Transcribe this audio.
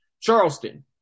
Charleston